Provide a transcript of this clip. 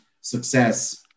success